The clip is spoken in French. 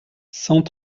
cent